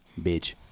Bitch